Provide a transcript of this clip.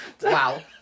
Wow